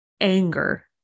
anger